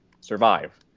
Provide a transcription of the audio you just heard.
survive